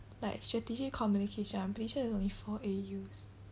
like strategic communication I'm pretty sure it's only four A_Us